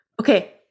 Okay